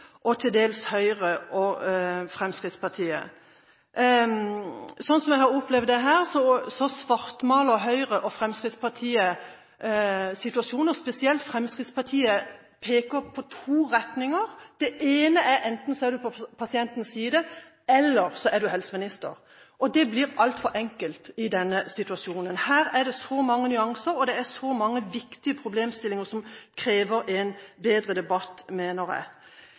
og til dels Høyre og Fremskrittspartiet. Slik jeg har opplevd det her, svartmaler Høyre og Fremskrittspartiet situasjonen. Spesielt peker Fremskrittspartiet på to retninger. Det er at enten er en på pasientens side, eller så er en på helseministers. Det blir altfor enkelt i denne situasjonen. Her er det så mange nyanser, og det er så mange viktige problemstillinger som krever en bedre debatt,